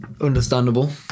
Understandable